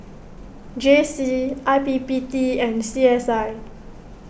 J C I P P T and C S I